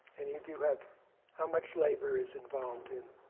any of you have how much labor is involved in